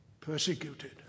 persecuted